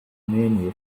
mania